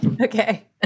Okay